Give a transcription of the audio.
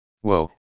Whoa